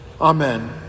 Amen